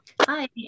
Hi